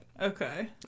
Okay